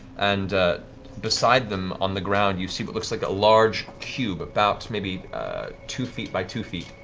and beside them on the ground you see what looks like a large cube about maybe two feet by two feet.